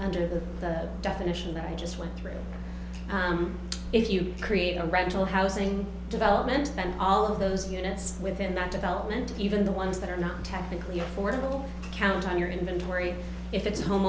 under the definition that i just went through if you create a rental housing development and all of those units within that development even the ones that are not technically affordable count on your inventory if it's home